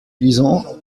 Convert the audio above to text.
lisant